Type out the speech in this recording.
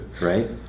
right